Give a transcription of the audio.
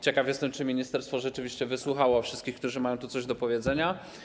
Ciekaw jestem, czy ministerstwo rzeczywiście wysłuchało wszystkich, którzy mają tu coś do powiedzenia.